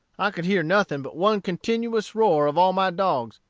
i could hear nothing but one continued roar of all my dogs,